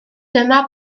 dyma